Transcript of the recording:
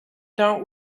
don’t